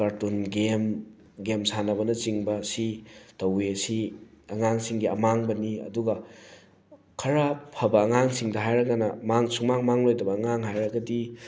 carton game game ꯁꯥꯟꯅꯕꯅꯆꯤꯡꯕꯁꯤ ꯇꯧꯋꯤ ꯑꯁꯤ ꯑꯉꯥꯡꯁꯤꯡꯒꯤ ꯑꯃꯥꯡꯕꯅꯤ ꯑꯗꯨꯒ ꯈꯔ ꯐꯕ ꯑꯉꯥꯡꯁꯤꯡꯗ ꯍꯥꯏꯔꯒꯅ ꯃꯥꯡ ꯁꯨꯡꯃꯥꯡ ꯃꯥꯡꯉꯣꯏꯗꯕ ꯑꯉꯥꯡ ꯍꯥꯏꯔꯒꯗꯤ